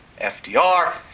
FDR